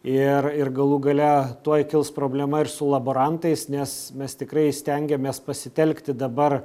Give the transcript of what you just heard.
ir ir galų gale tuoj kils problema ir su laborantais nes mes tikrai stengiamės pasitelkti dabar